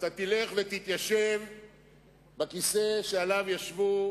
ואתה תלך ותתיישב בכיסא שעליו ישבו